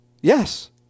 Yes